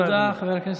תודה רבה,